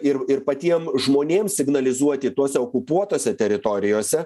ir ir patiem žmonėm signalizuoti tuose okupuotose teritorijose